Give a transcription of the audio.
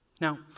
Now